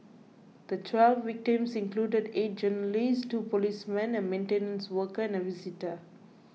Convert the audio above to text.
the twelve victims included eight journalists two policemen a maintenance worker and a visitor